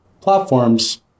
platforms